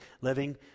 living